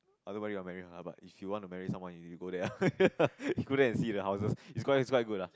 I don't know whether you want to marry her lah but if you want to marry someone you you go there lah you go there and see the houses is is quite good lah